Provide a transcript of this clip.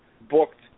booked